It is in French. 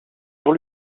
sur